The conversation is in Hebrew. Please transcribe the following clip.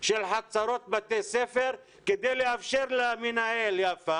של חצרות בתי ספר כדי לאפשר למנהל לחלק